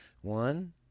One